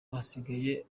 basigaye